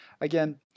again